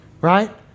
Right